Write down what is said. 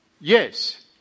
Yes